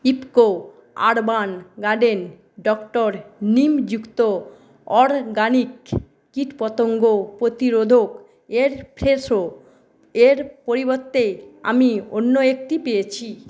IFFCO urban garden doctor neem যুক্ত organic কীটপতঙ্গ প্রতিরোধক এর ফ্রেশো এর পরিবর্তে আমি অন্য একটি পেয়েছি